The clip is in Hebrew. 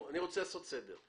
אני רוצה לעשות סדר.